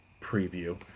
preview